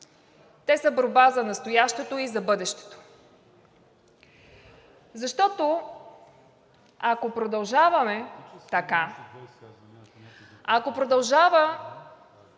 те са борба за настоящето и за бъдещето. Защото, ако продължаваме така, ако продължава